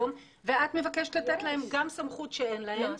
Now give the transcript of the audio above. ואת מבקשת לתת להן גם סמכות שאין להן -- לא,